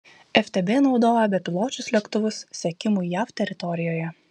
ftb naudojo bepiločius lėktuvus sekimui jav teritorijoje